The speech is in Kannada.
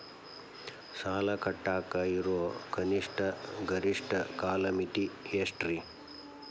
ಸಾಲ ಕಟ್ಟಾಕ ಇರೋ ಕನಿಷ್ಟ, ಗರಿಷ್ಠ ಕಾಲಮಿತಿ ಎಷ್ಟ್ರಿ?